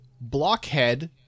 blockhead